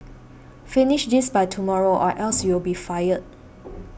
finish this by tomorrow or else you'll be fired